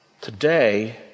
Today